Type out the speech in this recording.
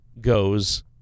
goes